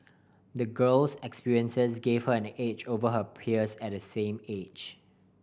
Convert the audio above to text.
the girl's experiences gave her an edge over her peers at the same age